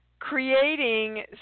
creating